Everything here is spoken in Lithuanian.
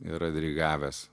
yra dirigavęs